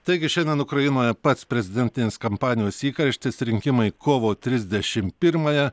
taigi šiandien ukrainoje pats prezidentinės kampanijos įkarštis rinkimai kovo trisdešimt pirmąją